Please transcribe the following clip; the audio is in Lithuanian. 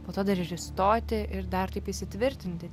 po to dar ir įstoti ir dar taip įsitvirtinti